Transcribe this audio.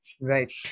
Right